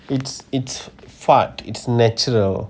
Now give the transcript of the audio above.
it's it's fart it's natural